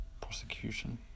prosecution